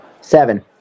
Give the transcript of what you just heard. Seven